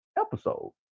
episode